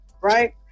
Right